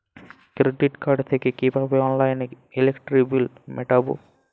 Credit card থেকে কিভাবে অনলাইনে ইলেকট্রিক বিল মেটাবো?